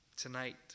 Tonight